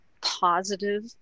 positive